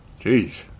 Jeez